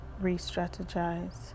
re-strategize